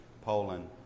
Poland